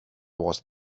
was